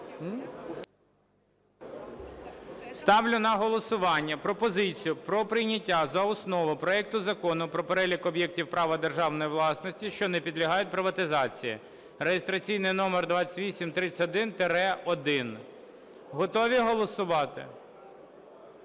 Ставлю на голосування пропозицію про прийняття за основу проекту Закону про перелік об'єктів права державної власності, що не підлягають приватизації (реєстраційний номер 2831-1). Готові голосувати?